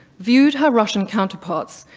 viewed her russian counterparts,